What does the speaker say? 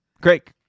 Craig